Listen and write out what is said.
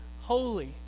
holy